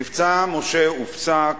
"מבצע משה" הופסק